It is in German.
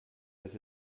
dass